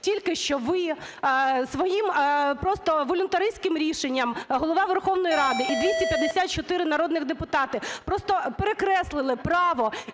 Тільки що ви своїм просто волюнтаристським рішенням, Голова Верховної Ради і 254 народних депутати просто перекреслили право